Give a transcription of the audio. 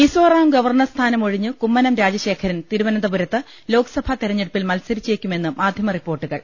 മിസോറാം ഗവർണർസ്ഥാനമൊഴിഞ്ഞ് കുമ്മനം രാജശേഖരൻ തിരു വനന്തപുരത്ത് ലോക്സഭാ തെരഞ്ഞെടുപ്പിൽ മത്സരിച്ചേക്കുമെന്ന് മാധ്യ മറിപ്പോർട്ടുകൾ